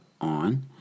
on